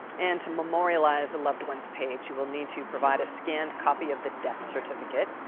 and to memorialize a loved-one's page, you will need to provide a scanned copy of the death certificate.